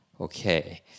Okay